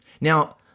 Now